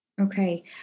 Okay